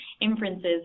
inferences